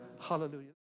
Hallelujah